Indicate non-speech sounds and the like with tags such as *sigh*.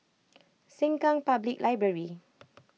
*noise* Sengkang Public Library *noise*